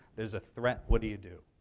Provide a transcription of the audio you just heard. there's a threat. what do you do?